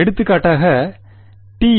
எடுத்துக்காட்டாக டி